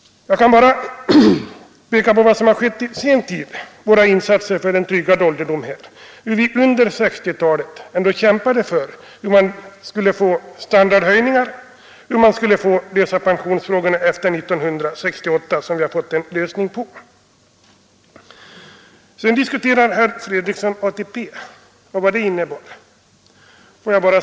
Jag kan bara peka på våra insatser under senare tid för en tryggad ålderdom. Under 1960-talet kämpade vi för standardhöjningar åt pensionärerna och framhöll hur pensionsfrågan borde lösas efter 1968, där vi ju också fått vissa lösningar. Sedan diskuterar herr Fredriksson ATP och vad den reformen innebar.